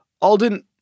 Alden